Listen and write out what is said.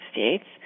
States